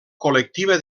col·lectiva